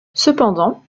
cependant